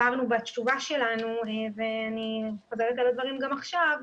הבהרנו בתשובה שלנו ואני חוזרת על הדברים גם עכשיו,